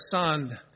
son